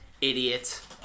Idiot